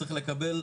צריך לקבל,